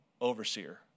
overseer